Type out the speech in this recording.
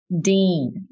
dean